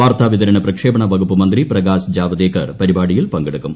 വാർത്താ വിതരണ പ്രക്ഷേപണ വകുപ്പ്മന്ത്രി പ്രകാശ് ജാവദേക്കർ പരിപാടിയിൽ പങ്കെടുക്കും